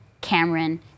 Cameron